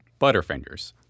Butterfingers